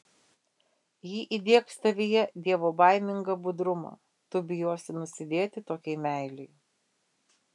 ji įdiegs tavyje dievobaimingą budrumą tu bijosi nusidėti tokiai meilei